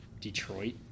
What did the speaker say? Detroit